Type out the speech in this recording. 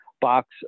box